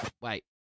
Wait